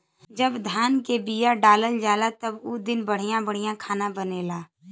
जब धान क बिया डालल जाला त उ दिन बढ़िया बढ़िया खाना बनला